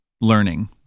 learning